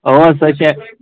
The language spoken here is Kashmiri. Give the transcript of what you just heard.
اۭں سۄ چھ